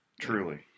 Truly